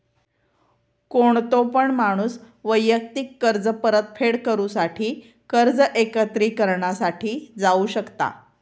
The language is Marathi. कोणतो पण माणूस वैयक्तिक कर्ज परतफेड करूसाठी कर्ज एकत्रिकरणा साठी जाऊ शकता